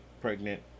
pregnant